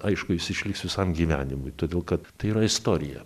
aišku jis išliks visam gyvenimui todėl kad tai yra istorija